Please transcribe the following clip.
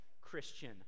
Christian